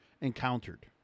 encountered